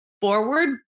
forward